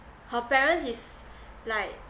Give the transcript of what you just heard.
her parents is like